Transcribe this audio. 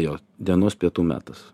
jo dienos pietų metas